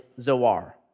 Zoar